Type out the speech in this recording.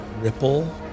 ripple